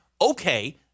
okay